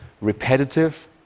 repetitive